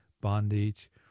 bondage